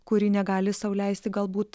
kuri negali sau leisti galbūt